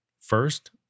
First